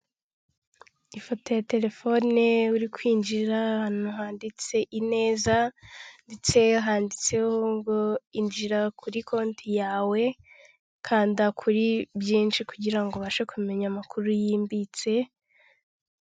Ifoto ya terefone uri kwinjira ahantu handitse ineza, ndetse handitseho ngo injira kuri konti yawe, kanda kuri byinshi kugira ubashe kumenya amakuru yimbitse.